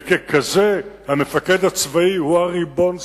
וככזה המפקד הצבאי הוא הריבון שם,